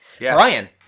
Brian